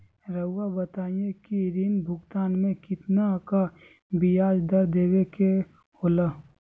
रहुआ बताइं कि ऋण भुगतान में कितना का ब्याज दर देवें के होला?